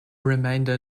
remainder